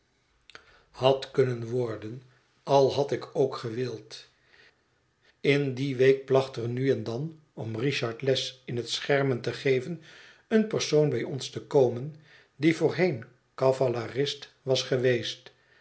had kunnen worden al had ik ook gewild in die week placht er nu en dan om richard les in het schermen te geven een persoon bij ons te komen die voorheen cavalerist was geweest